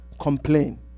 Complain